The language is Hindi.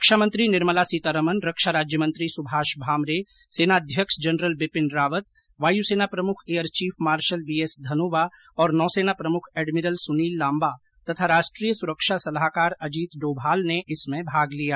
रक्षामंत्री निर्मला सीतारमन रक्षा राज्यमंत्री सुभाष भामरे सेना अध्यक्ष जनरल बिपिन रावत वायुसेना प्रमुख air chief marshal B S Dhanoa और नौसेना प्रमुख एडमिरल सुनील लाम्बा तथा राष्ट्रीय सुरक्षा सलाहकार अजीत डोभाल ने इसमें भाग लिया